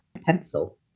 Pencil